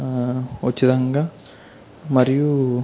ఉచితంగా మరియు